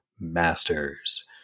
Masters